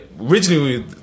Originally